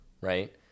right